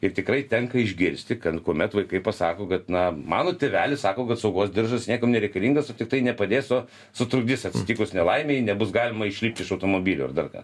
ir tikrai tenka išgirsti kad kuomet vaikai pasako kad na mano tėvelis sako kad saugos diržas niekam nereikalingas o tiktai nepadės o sutrukdys atsitikus nelaimei nebus galima išlipti iš automobilio ar dar ką